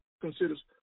considers